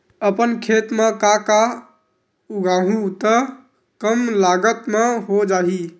अपन खेत म का का उगांहु त कम लागत म हो जाही?